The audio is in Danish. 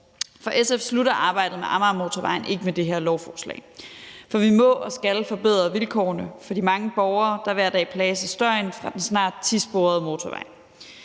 For SF slutter arbejdet med Amagermotorvejen ikke med det her lovforslag, for vi må og skal forbedre vilkårene for de mange borgere, der hver dag plages af støjen fra den snart tisporede motorvej.